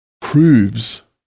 proves